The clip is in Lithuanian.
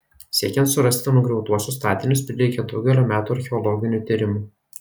siekiant surasti nugriautuosius statinius prireikė daugelio metų archeologinių tyrimų